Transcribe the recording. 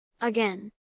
Again